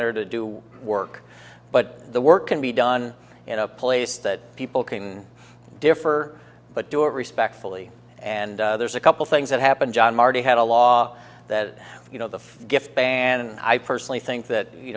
there to do work but the work can be done in a place that people can differ but do it respectfully and there's a couple things that happen john marty had a law that you know the gift ban and i personally think that you